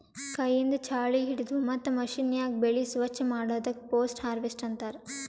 ಕೈಯಿಂದ್ ಛಾಳಿ ಹಿಡದು ಮತ್ತ್ ಮಷೀನ್ಯಾಗ ಬೆಳಿ ಸ್ವಚ್ ಮಾಡದಕ್ ಪೋಸ್ಟ್ ಹಾರ್ವೆಸ್ಟ್ ಅಂತಾರ್